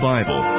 Bible